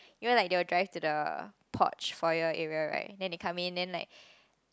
you know like they will drive to porch foyer area like then they came in then like